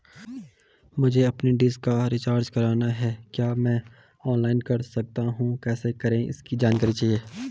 मुझे अपनी डिश का रिचार्ज करना है क्या मैं ऑनलाइन कर सकता हूँ कैसे करें इसकी जानकारी चाहिए?